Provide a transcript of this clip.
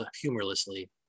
humorlessly